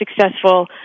successful